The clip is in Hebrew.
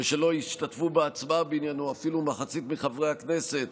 ושלא השתתפו בהצבעה בעניינו אפילו מחצית מחברי הכנסת,